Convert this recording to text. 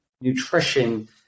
nutrition